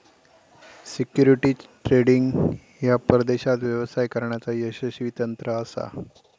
securities trading ह्या परदेशात व्यवसाय करण्याचा यशस्वी तंत्र असा